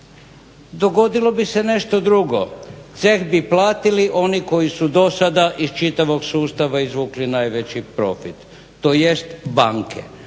dogodilo bi se nešto drugo, ceh bi platili oni koji su do sada iz čitavog sustava izvukli najveći profit, tj. banke.